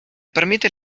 permite